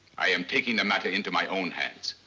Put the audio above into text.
i am taking the matter into my own hands.